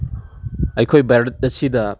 ꯑꯩꯈꯣꯏ ꯚꯥꯔꯠ ꯑꯁꯤꯗ